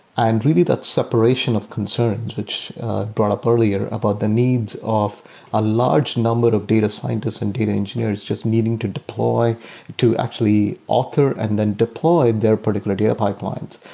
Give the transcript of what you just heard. and really that separation of concern, which brought up earlier about the needs of a large number of data scientists and data engineers just needing to deploy to actually alter and then deploy their particular data pipelines.